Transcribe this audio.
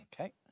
Okay